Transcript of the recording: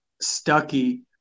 Stucky